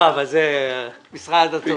לא, אבל זה משרד הדתות.